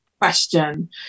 question